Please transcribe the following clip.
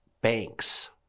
banks